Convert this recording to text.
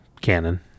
canon